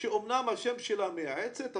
שאמנם שלה "מייעצת",